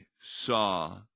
saw